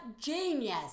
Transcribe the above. genius